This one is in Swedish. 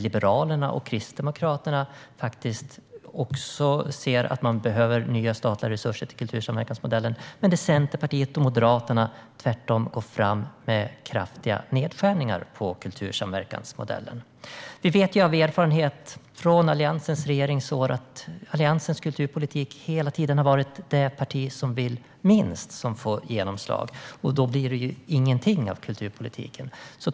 Liberalerna och Kristdemokraterna anser att det behövs nya statliga resurser till kultursamverkansmodellen, medan Centerpartiet och Moderaterna tvärtom går fram med kraftiga nedskärningar på kultursamverkansmodellen. Vi vet av erfarenhet från Alliansens regeringsår att Alliansens kulturpolitik hela tiden har varit att det parti som vill minst får genomslag, och då blir det ju ingenting av kulturpolitiken.